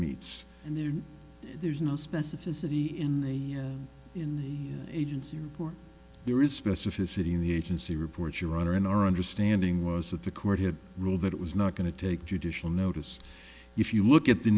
meats and there there's no specificity in the in the agency where there is specificity in the agency reports your honor in our understanding was that the court had ruled that it was not going to take judicial notice if you look at the